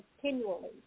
continually